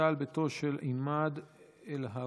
פשיטה על ביתו של עימאד אלהוואשלה.